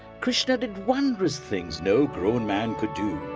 krishna did wondrous things no grown man could do.